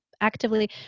actively